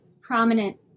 prominent